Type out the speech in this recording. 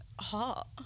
hot